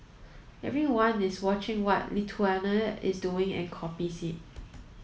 everyone is watching what Lithuania is doing and copies it